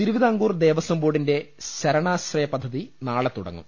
തിരുവിതാംകൂർ ദേവസം ബോർഡിന്റെ ശരണാശ്രയ പദ്ധതി നാളെ തുടങ്ങും